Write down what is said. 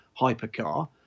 hypercar